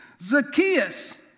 Zacchaeus